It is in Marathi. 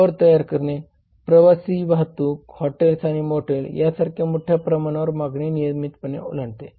कर तयार करणे प्रवासी वाहतूक हॉटेल्स आणि मोटेल यासारख्या मोठ्या प्रमाणावर मागणी नियमितपणे ओलांडते